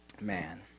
Man